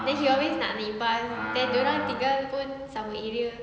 then he always nak naik bus then dorang tinggal pun sama area